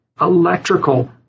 electrical